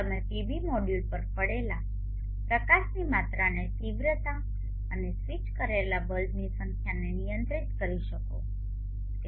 તમે PV module પર પડેલા પ્રકાશની માત્રાને તીવ્રતા અને સ્વિચ કરેલા બલ્બની સંખ્યાને નિયંત્રિત કરી શકો છો